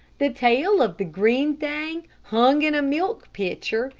the tail of the green thing hung in a milk pitcher,